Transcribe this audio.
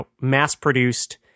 mass-produced